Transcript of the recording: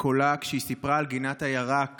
בקולה כשהיא סיפרה על גינת הירק